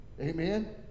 Amen